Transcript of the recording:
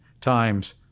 times